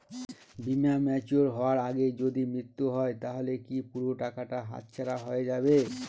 বীমা ম্যাচিওর হয়ার আগেই যদি মৃত্যু হয় তাহলে কি পুরো টাকাটা হাতছাড়া হয়ে যাবে?